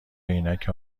عینک